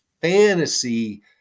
Fantasy